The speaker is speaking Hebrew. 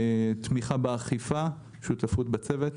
תמיכה באכיפה, שותפות בצוות.